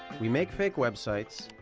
we make fake websites,